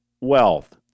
wealth